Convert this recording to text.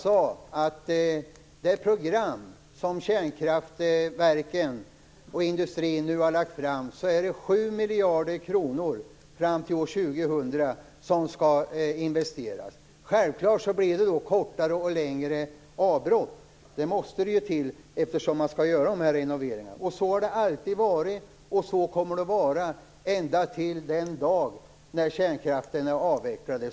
Enligt det program som kärnkraftverken och industrin nu har lagt fram skall 7 miljarder kronor investeras fram till år 2000. Självklart blir det då kortare och längre avbrott. Det måste det bli, eftersom man skall göra renoveringarna. Så har det alltid varit, och så kommer det att vara ända till den dag när kärnkraften är avvecklad.